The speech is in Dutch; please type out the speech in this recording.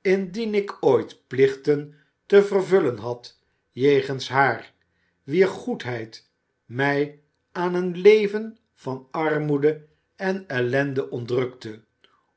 indien ik ooit plichten te vervullen had jegens haar wier goedheid mij aan een leven van armoede en ellende ontrukte